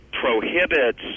prohibits